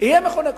יהיו מכוני כושר.